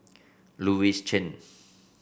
Louis Chen